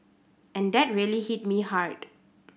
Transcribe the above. and that really hit me hard